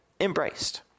embraced